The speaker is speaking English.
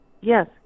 Yes